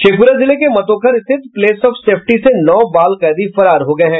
शेखपुरा जिले के मतोखर स्थित प्लेस ऑफ सेफ्टी से नौ बाल कैदी फरार हो गये हैं